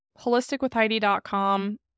Holisticwithheidi.com